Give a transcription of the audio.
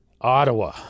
Ottawa